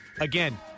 again